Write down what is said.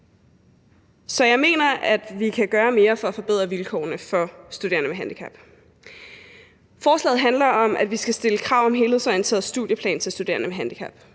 Så jeg mener, at vi kan gøre mere for at forbedre vilkårene for studerende med handicap. Forslaget handler om, at vi skal stille krav om en helhedsorienteret studieplan til studerende med handicap.